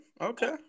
Okay